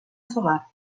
solar